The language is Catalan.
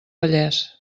vallès